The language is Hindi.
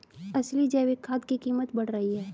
असली जैविक खाद की कीमत बढ़ रही है